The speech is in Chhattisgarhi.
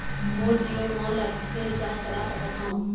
मोर जीओ फोन ला किसे रिचार्ज करा सकत हवं?